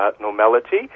normality